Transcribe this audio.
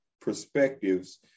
perspectives